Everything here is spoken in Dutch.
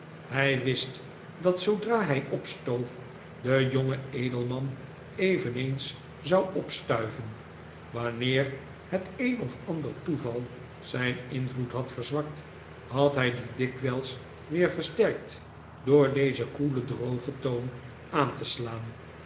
hij wist dat zoodra hij opstoof de jonge edelman eveneens zou opstuiven wanneer het een of andere toeval zijn invloed had verzwakt had hij dien dikwijls weer versterkt door dezen koelen drogen toon aan te slaan